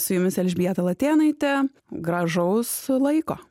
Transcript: su jumis elžbieta latėnaitė gražaus laiko